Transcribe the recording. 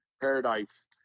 Paradise